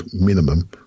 minimum